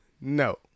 no